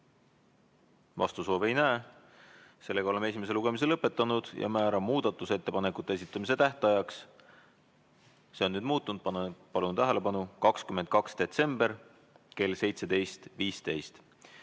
soovi ei näe. Seega oleme esimese lugemise lõpetanud ja määran muudatusettepanekute esitamise tähtajaks – see on nüüd muutunud, palun tähelepanu! – 22. detsembri kell 17.15.